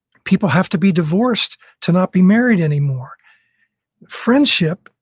people have to be divorced to not be married anymore friendship,